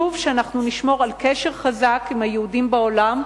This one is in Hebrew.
כי חשוב שאנחנו נשמור על קשר חזק עם היהודים בעולם,